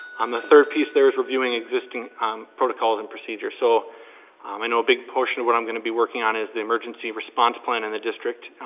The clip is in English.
the third piece there is reviewing existing protocols and procedures. so i know a big portion of what i'm gonna be working on is the emergency response plan in the district.